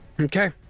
Okay